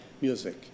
music